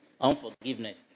unforgiveness